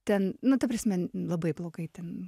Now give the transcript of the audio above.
ten nu ta prasme labai blogai ten